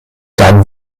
dann